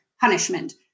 punishment